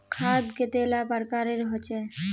खाद कतेला प्रकारेर होचे?